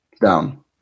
Down